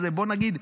בוא נגיד,